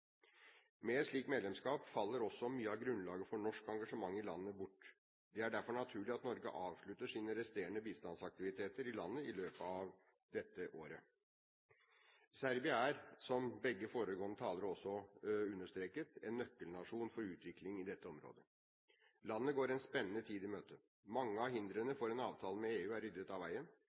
Med et slikt medlemskap faller også mye av grunnlaget for norsk engasjement i landet bort. Det er derfor naturlig at Norge avslutter sine resterende bistandsaktiviteter i landet i løpet av dette året. Serbia er, som begge de foregående talerne også understreket, en nøkkelnasjon for utviklingen i dette området. Landet går en spennende tid møte. Mange av hindrene for en avtale med EU er ryddet av veien